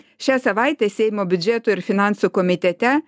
šią savaitę seimo biudžeto ir finansų komitete